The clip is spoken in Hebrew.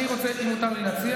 אם מותר לי להציע